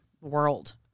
world